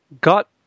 got